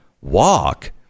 walk